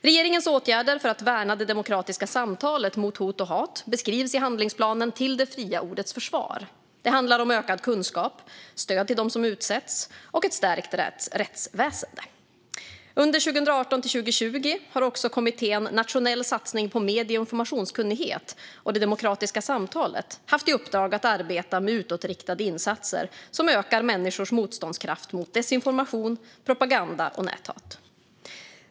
Regeringens åtgärder för att värna det demokratiska samtalet mot hot och hat beskrivs i handlingsplanen Till det fria ordets försvar . Det handlar om ökad kunskap, stöd till dem som utsätts och ett stärkt rättsväsen. Under 2018-2020 har också kommittén Nationell satsning på medie och informationskunnighet och det demokratiska samtalet haft i uppdrag att arbeta med utåtriktade insatser som ökar människors motståndskraft mot desinformation, propaganda och näthat.